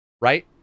Right